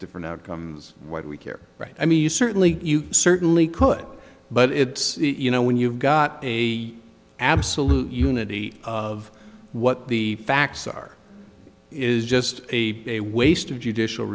different outcomes why do we care right i mean you certainly you certainly could but it's you know when you've got a absolute unity of what the facts are is just a a waste of judicial